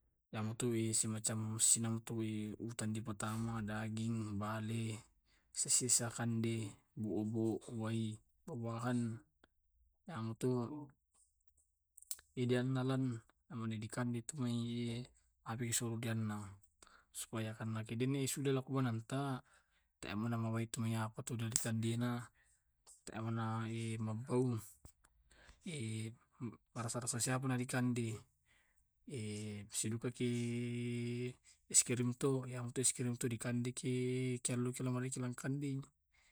iyamtu eh semacam si namtue dipatama daging, bale, sisa sisa kande, bobo, wai, buah-buahan. Yamtu idealnalen dikande tumai abe su dianeng supaya karna kedene e su delakuananta tae maina wae tu mai apantu dekandena, tae mana mambau marasa-sara sapa nadikande. sidukaki eskrim to yang to eskrim to dikande ki dikande.